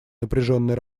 напряженной